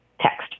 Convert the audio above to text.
text